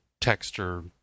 texture